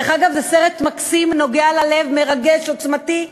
דרך אגב, זה סרט מקסים, נוגע ללב, מרגש, עוצמתי,